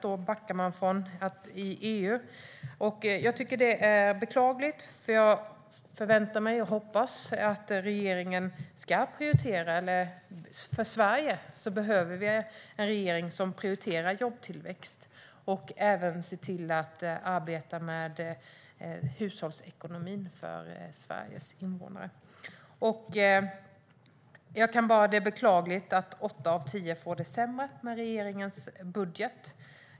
Det tycker jag är beklagligt. Jag förväntar mig och hoppas att regeringen ska prioritera jobbtillväxt. Det behöver Sverige. Regeringen behöver även arbeta med hushållsekonomin för Sveriges invånare. Jag kan bara beklaga att åtta av tio får det sämre med regeringens budget.